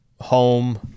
home